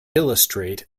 illustrate